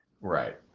Right